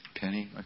Penny